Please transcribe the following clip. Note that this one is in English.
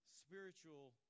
spiritual